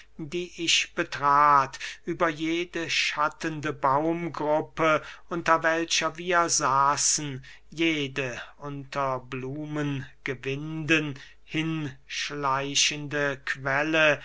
die ich betrat über jede schattende baumgruppe unter welcher wir saßen jede unter blumengewinden hin schleichende quelle